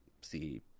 see